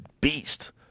beast